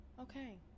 Okay